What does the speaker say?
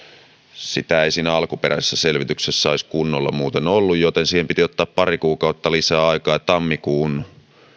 niitä ei siinä alkuperäisessä selvityksessä olisi kunnolla muuten ollut joten siihen piti ottaa pari kuukautta lisää aikaa ja tammikuun